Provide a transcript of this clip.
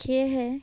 সেয়েহে